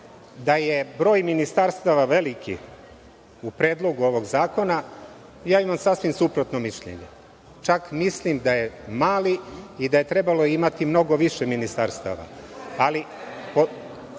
da je broj ministarstava veliki u predlogu ovog zakona, ja imam sasvim suprotno mišljenje, čak mislim da je mali i da je trebalo imati mnogo više ministarstava.(Poslanici